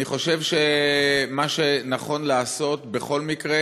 אני חושב שמה שנכון לעשות בכל מקרה